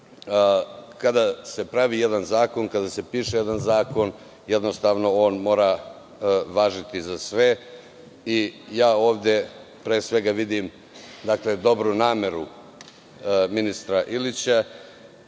Kada se pravi jedan zakon, kada se piše jedan zakon jednostavno on mora važiti za sve. Ovde pre svega vidim dobru nameru ministra Ilića,